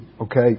Okay